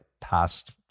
past